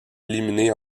éliminé